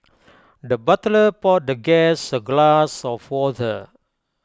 the butler poured the guest A glass of water